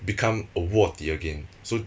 become a 卧底 again so